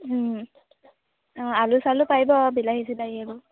অঁ আলু চালু পাৰিব বিলাহী চিলাহী এইবোৰ